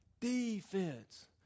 defense